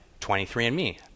23andMe